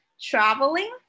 traveling